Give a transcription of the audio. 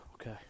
Okay